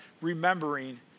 remembering